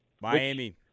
Miami